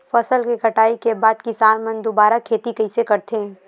फसल के कटाई के बाद किसान मन दुबारा खेती कइसे करथे?